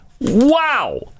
Wow